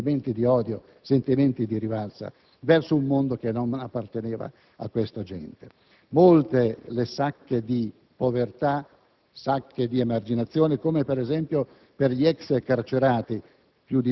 sentimenti di odio e di rivalsa verso un mondo che non apparteneva a quella gente. Molte erano le sacche di povertà e di emarginazione, come per esempio per gli ex carcerati